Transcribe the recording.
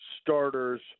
starters